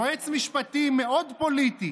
יועץ משפטי מאוד פוליטי